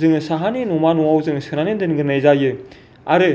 जोङो साहानि न'मा न'आव जों सोनानै दोनग्रोनाय जायो आरो